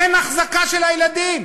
אין החזקה של הילדים.